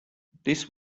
this